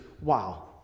Wow